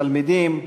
תלמידים,